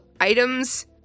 items